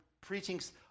preachings